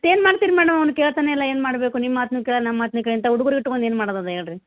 ಏನು ಮಾಡ್ತೀರ ಮೇಡಮ್ ಅವ್ನು ಕೇಳ್ತಾನೆ ಇಲ್ಲ ಏನು ಮಾಡಬೇಕು ನಿಮ್ಮ ಮಾತನ್ನು ಕೇಳಲ್ಲ ನಮ್ಮ ಮಾತನ್ನು ಕೇಳಲ್ಲ ಇಂತ ಹುಡ್ಗ್ರನ್ನ ಇಡ್ಕೊಂಡು ಏನು ಮಾಡದು ಹೇಳ್ರಿ